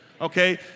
okay